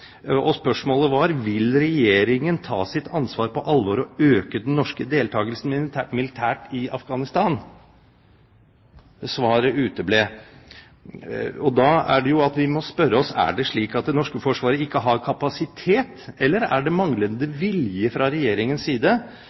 og spørsmålet var: Vil Regjeringen ta sitt ansvar på alvor og øke den norske deltakelsen militært i Afghanistan? Svaret uteble. Da må vi jo spørre oss: Er det slik at det norske forsvaret ikke har kapasitet, eller er det manglende vilje fra Regjeringens side